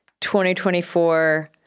2024